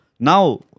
Now